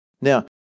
Now